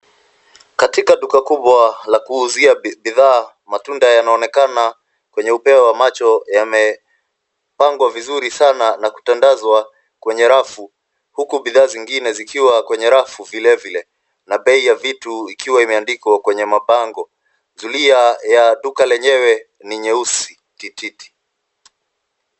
Katika duka kubwa la kuuzia bidhaa, matunda yanaonekana kwenye upeo wa macho, yamepangwa vizuri sana na kutandazwa kwenye rafu huku bidhaa zingine zikiwa kwenye rafu vilevile na bei ya vitu ikiwa imeandikwa kwenye mabango. Zulia ya duka lenyewe ni nyeusi tititi.